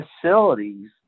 facilities